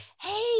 hey